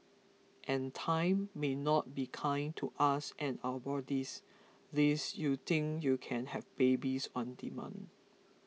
and time may not be kind to us and our bodies lest you think you can have babies on demand